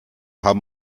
haben